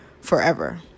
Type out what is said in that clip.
forever